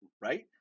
right